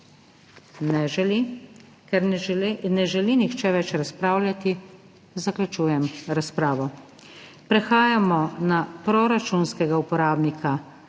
Ne. Ker ne želi nihče več razpravljati, zaključujem razpravo. Prehajamo na proračunskega uporabnika